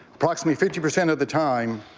approximately fifty percent of the time,